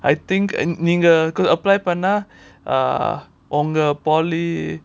I think நீங்க:neenga because apply பண்ண உங்க:panna unga polytechnic